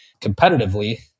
competitively